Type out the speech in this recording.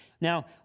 Now